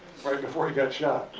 right before he got shot.